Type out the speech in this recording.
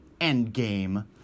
Endgame